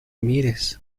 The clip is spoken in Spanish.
mires